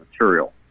material